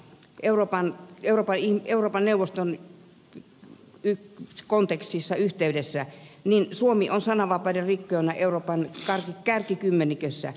europan europa in europa euroopan neuvoston kontekstissa yhteydessä niin suomi on sananvapauden rikkojana euroopan kärkikymmenikössä